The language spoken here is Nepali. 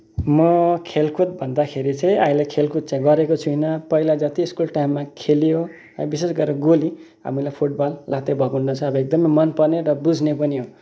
म खेलकुद भन्दाखेरि चाहिँ अहिले खेलकुद चाहिँ गरेको छुइनँ पहिला जति स्कुल टाइममा खेलियो र विशेष गरेर गोली अब मलाई फुटबल लात्ते भकुन्डो छ एकदमै मनपर्ने र बुझ्ने पनि हो